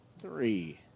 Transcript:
three